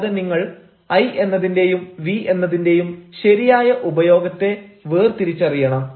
കൂടാതെ നിങ്ങൾ ഐ എന്നതിന്റെയും വി എന്നതിന്റെയും ശരിയായ ഉപയോഗത്തെ വേർതിരിച്ചറിയണം